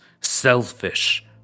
selfish